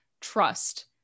trust